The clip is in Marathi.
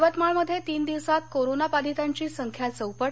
यवतमाळमध्ये तीन दिवसात कोरोनाबाधितांची संख्या चौपट